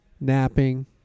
napping